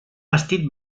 vestit